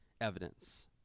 evidence